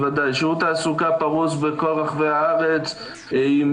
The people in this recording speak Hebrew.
שירות התעסוקה פרוס בכל רחבי הארץ עם